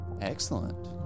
Excellent